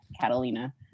Catalina